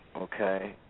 okay